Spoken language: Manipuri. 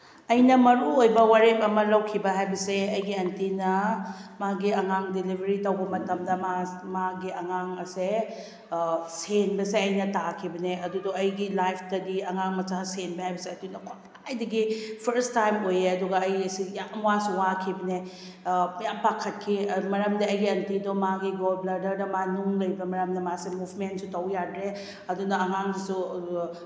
ꯑꯩꯅ ꯃꯔꯨꯑꯣꯏꯕ ꯋꯥꯔꯦꯞ ꯑꯃ ꯂꯧꯈꯤꯕ ꯍꯥꯏꯕꯁꯦ ꯑꯩꯒꯤ ꯑꯟꯇꯤꯅ ꯃꯥꯒꯤ ꯑꯉꯥꯡ ꯗꯤꯂꯤꯚꯔꯤ ꯇꯧꯕ ꯃꯇꯝꯗ ꯃꯥꯒꯤ ꯑꯉꯥꯡ ꯑꯁꯦ ꯁꯦꯟꯕꯁꯦ ꯑꯩꯅ ꯇꯥꯈꯤꯕꯅꯦ ꯑꯗꯨꯗꯣ ꯑꯩꯒꯤ ꯂꯥꯏꯐꯇꯗꯤ ꯑꯉꯥꯡ ꯃꯆꯥ ꯁꯦꯟꯕ ꯍꯥꯏꯕꯁꯤ ꯑꯗꯨꯅ ꯈ꯭ꯋꯥꯏꯗꯒꯤ ꯐꯔꯁ ꯇꯥꯏꯝ ꯑꯣꯏꯌꯦ ꯑꯗꯨꯒ ꯑꯩꯁꯤ ꯌꯥꯝ ꯋꯥꯁꯨ ꯋꯥꯈꯤꯕꯅꯦ ꯌꯥꯝ ꯄꯥꯈꯠꯈꯤ ꯃꯔꯝꯗꯤ ꯑꯩꯒꯤ ꯑꯟꯇꯤꯗꯣ ꯃꯥꯒꯤ ꯒꯣꯜ ꯕ꯭ꯂꯦꯗꯔꯗ ꯃꯥ ꯅꯨꯡ ꯂꯩꯕ ꯃꯔꯝꯅ ꯃꯥꯁꯦ ꯃꯨꯚꯃꯦꯟꯁꯨ ꯇꯧ ꯌꯥꯗ꯭ꯔꯦ ꯑꯗꯨꯅ ꯑꯉꯥꯡꯁꯤꯁꯨ